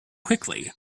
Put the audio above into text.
quickly